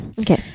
okay